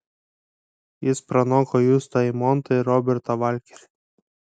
jis pranoko justą eimontą ir robertą valkerį